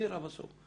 והחזירה בסוף.